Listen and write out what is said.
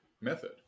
method